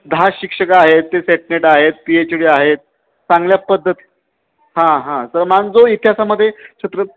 दहा शिक्षक आहेत ते सेटनेट आहेत पीएच डी आहेत चांगल्या पद्धती हां हां तर मॅम जो इतिहासामध्ये छत्र